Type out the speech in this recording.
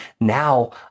Now